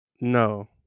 No